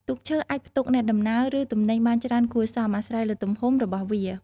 ទូកឈើអាច ផ្ទុកអ្នកដំណើរ ឬទំនិញបានច្រើនគួរសម អាស្រ័យលើទំហំរបស់វា ។